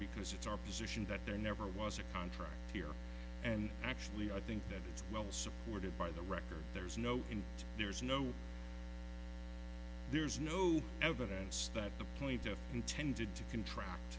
because it's our position that there never was a contract here and actually i think that it's well supported by the record there's no and there's no there's no evidence that the plaintiff intended to contract